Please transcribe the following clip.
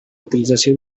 utilització